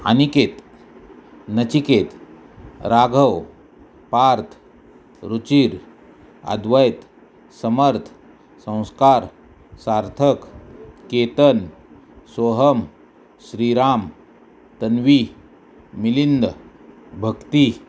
Aniket Nachiket Raghav Parth Ruchir Advait Samarth Sanskar Sarthak Ketan Soham Shriram Tanvi Milind Bhakti